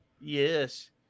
Yes